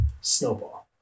snowball